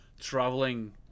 traveling